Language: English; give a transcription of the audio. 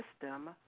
system